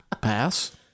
pass